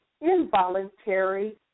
involuntary